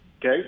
Okay